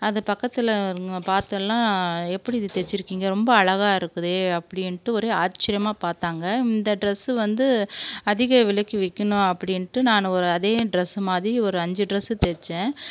அது பக்கத்தில் அதுங்க பார்த்துலாம் எப்படி இது தைச்சிருக்கீங்க ரொம்ப அழகாக இருக்குதே அப்படின்ட்டு ஒரே ஆச்சரியமா பார்த்தாங்க இந்த ட்ரெஸ்ஸு வந்து அதிக விலைக்கு விற்குனு அப்படின்ட்டு நான் ஒரு அதே ட்ரெஸ்ஸு மாதிரி ஒரு அஞ்சு ட்ரெஸ்ஸு தைச்சேன்